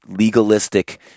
legalistic